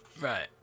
Right